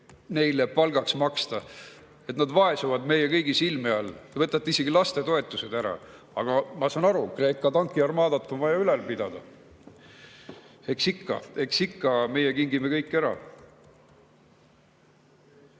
neile palgaks maksta, nad vaesuvad meie kõigi silme all, te võtate isegi lastetoetused ära. Aga ma saan aru, Kreeka tankiarmaadat on vaja ülal pidada. Eks ikka! Eks ikka, meie kingime kõik